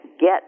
get